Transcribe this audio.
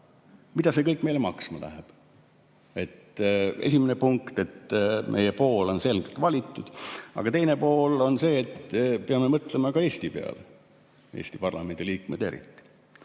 mida see kõik meile maksma läheb. Üks pool on, et meie pool on selgelt valitud, aga teine pool on see, et me peame mõtlema ka Eesti peale, Eesti parlamendi liikmed eriti.